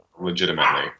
Legitimately